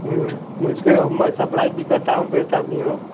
मुझसे में सप्लाई भी करता हूँ बेचता भी हूँ